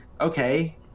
Okay